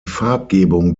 farbgebung